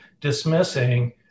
dismissing